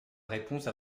réponse